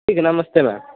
ठीक है नमस्ते मैम